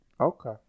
Okay